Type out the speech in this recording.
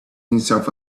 himself